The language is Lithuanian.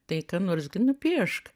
tai ką nors gi nupiešk